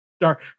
dark